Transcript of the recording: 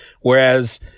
whereas